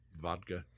vodka